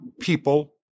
people